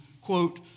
quote